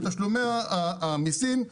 בתשלומי המיסים,